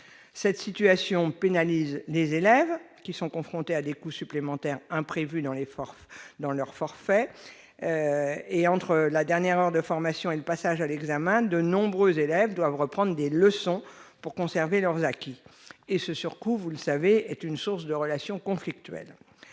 Cette situation pénalise les élèves, qui sont confrontés à des coûts supplémentaires imprévus dans leurs forfaits. Entre la dernière heure de formation et le passage à l'examen, de nombreux élèves doivent reprendre des leçons pour conserver leurs acquis. Comme vous le savez, ce surcoût est source de relations conflictuelles.